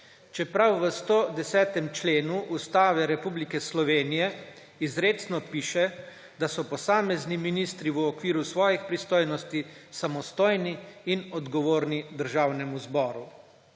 čeprav v 110. členu Ustave Republike Slovenije izrecno piše, da so posamezni ministri v okviru svojih pristojnosti samostojni in odgovorni Državnemu zboru.